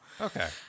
Okay